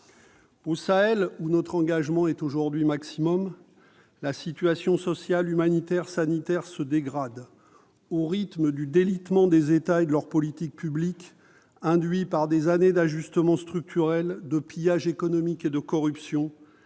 Au Sahel, notre engagement est maximal ; la situation sociale, humanitaire et sanitaire se dégrade au rythme du délitement des États et de leurs politiques publiques, dû à des années d'ajustement structurel, de pillage économique, de corruption